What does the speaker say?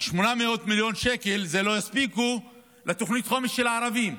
800 מיליון שקל לא יספיקו לתוכנית החומש של הערבים,